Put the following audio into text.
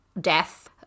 death